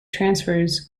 transfers